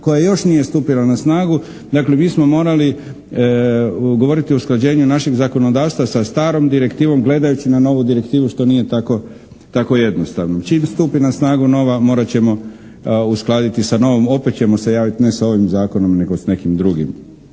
koja još nije stupila na snagu. Dakle mi smo morali govoriti o usklađenju našeg zakonodavstva sa starom direktivom gledajući na novu direktivu što nije tako jednostavno. Čim stupi na snagu nova morati ćemo uskladiti sa novom, opet ćemo se javiti ne sa ovim zakonom nego s nekim drugim.